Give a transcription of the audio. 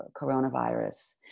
coronavirus